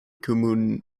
komunumoj